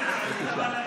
בבקשה.